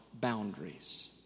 boundaries